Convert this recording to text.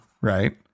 right